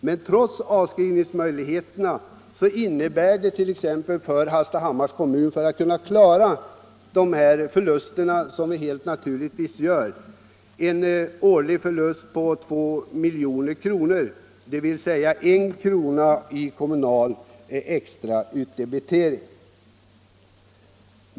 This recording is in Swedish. Men trots avskrivningsmöjligheterna innebär hyresförlusterna för t.ex. Hallstahammars kommun -— det rör sig om en årlig förlust på ca 2 milj.kr. — 1 krona i extra kommunal utdebitering.